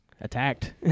attacked